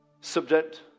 subject